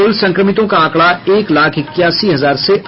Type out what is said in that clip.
कुल संक्रमितों का आंकड़ा एक लाख इक्यासी हजार से अधिक हुआ